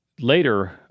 later